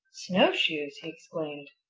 snowshoes! he exclaimed.